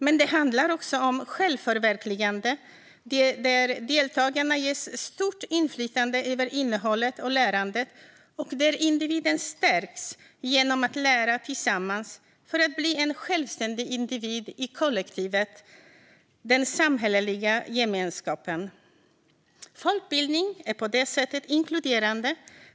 Men det handlar också om självförverkligande där deltagarna ges stort inflytande över innehållet och lärandet och där individen stärks genom att lära tillsammans för att bli en självständig individ i kollektivet, den samhälleliga gemenskapen. Folkbildning är på det sättet inkluderande.